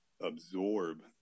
absorb